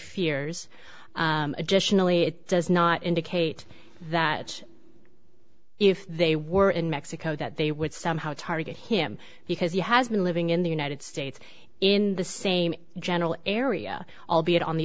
fears additionally it does not indicate that if they were in mexico that they would somehow target him because he has been living in the united states in the same general area albeit on the